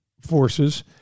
Forces